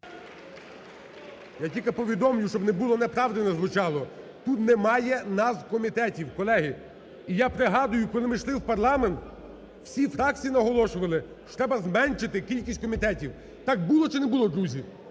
Я тільки повідомлю, щоб не було неправди, не звучало. Тут немає назв комітетів, колеги. І я пригадую, коли ми йшли в парламент, всі фракції наголошували, що треба зменшити кількість комітетів. Так було чи не було, друзі?